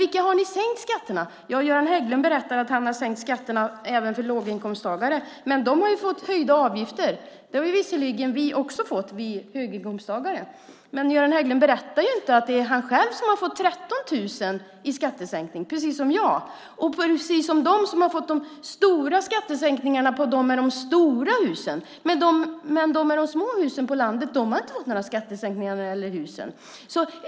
Vilka har ni sänkt skatterna för? Göran Hägglund säger att han sänkt skatterna även för låginkomsttagare, men de har ju fått höjda avgifter. Det har visserligen också vi höginkomsttagare fått, men Göran Hägglund berättar inte att han själv, precis som jag, fått 13 000 i skattesänkning. De som fått de stora skattesänkningarna är de med de stora husen. De med de små husen på landet har inte fått några skattesänkningar när det gäller husen.